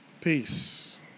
peace